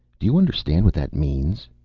do you understand what that means?